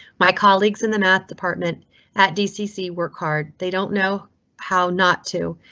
my colleagues in the math department at dcc work hard. they don't know how not to.